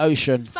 Ocean